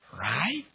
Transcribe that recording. Right